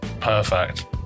Perfect